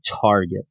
target